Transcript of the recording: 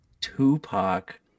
Tupac